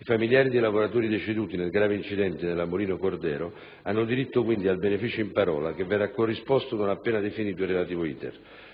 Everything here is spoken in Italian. I familiari dei lavoratori deceduti nel grave incidente della Molino Cordero Spa hanno diritto quindi al beneficio in parola, che verrà corrisposto non appena definito il relativo